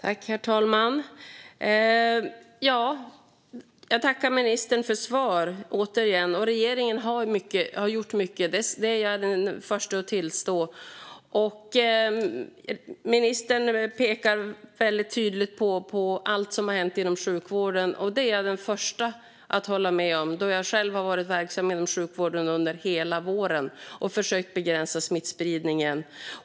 Herr talman! Jag tackar återigen ministern för svaret. Regeringen har gjort mycket. Det är jag den första att tillstå. Ministern pekar tydligt på allt som har hänt inom sjukvården. Detta är jag den första att hålla med om, då jag själv har varit verksam inom sjukvården under hela våren och försökt begränsa smittspridningen.